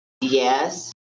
Yes